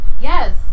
Yes